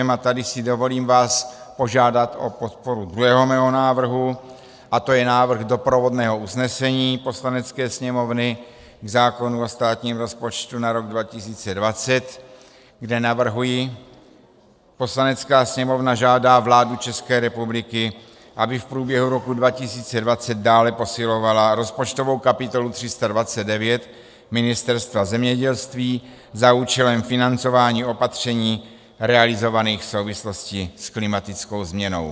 A tady si vás dovolím požádat o podporu druhého mého návrhu, a to je návrh doprovodného usnesení Poslanecké sněmovny k zákonu o státním rozpočtu na rok 2020, kde navrhuji: Poslanecká sněmovna žádá vládu České republiky, aby v průběhu roku 2020 dále posilovala rozpočtovou kapitolu 329 Ministerstva zemědělství za účelem financování opatření realizovaných v souvislosti s klimatickou změnou.